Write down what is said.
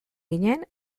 ginen